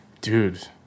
dude